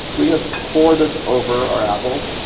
we're gonna pour this over our apples.